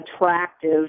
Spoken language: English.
attractive